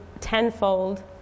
tenfold